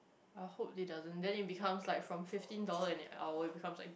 I hope that doesn't then it becomes like from fifteen dollars an hour becomes like